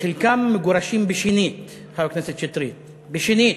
וחלקם מגורשים בשנית, חבר הכנסת שטרית, בשנית.